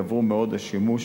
גברו מאוד השימוש